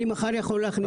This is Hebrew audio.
אני יכול במידי לאכלס את